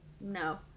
No